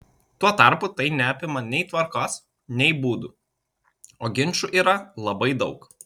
tuo tarpu tai neapima nei tvarkos nei būdų o ginčų yra labai daug